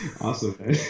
Awesome